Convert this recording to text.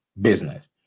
business